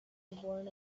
born